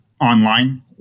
online